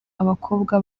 abakobwa